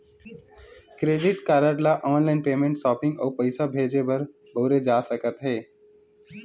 credit card ल online payment, shopping अउ पइसा भेजे बर बउरे जा सकत हे